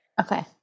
Okay